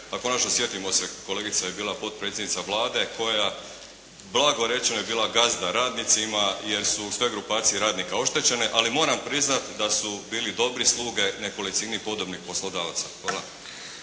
A konačno sjetimo se, kolegica je bila potpredsjednica Vlade koja, blago rečeno, je bila gazda radnicima jer su sve grupacije radnika oštećene, ali moram priznati da su bili dobri sluge nekolicini podobnih poslodavaca. Hvala.